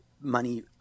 money